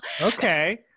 Okay